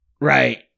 Right